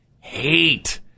Hate